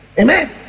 Amen